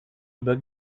über